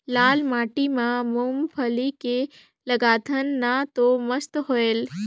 लाल माटी म मुंगफली के लगाथन न तो मस्त होयल?